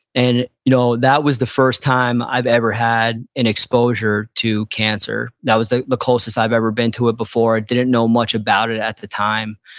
and you know that was the first time i've ever had an exposure to cancer. that was the the closest i've ever been to it before. didn't know much about it at the time.